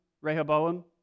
Rehoboam